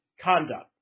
conduct